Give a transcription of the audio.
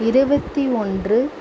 இருபத்தி ஒன்று